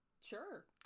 Sure